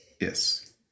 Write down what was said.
Yes